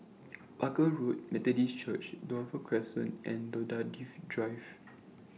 Barker Road Methodist Church Dover Crescent and Daffodil Drive